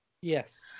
Yes